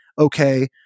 okay